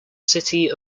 city